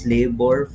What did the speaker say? Labor